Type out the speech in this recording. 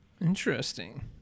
Interesting